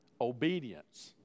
Obedience